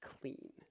clean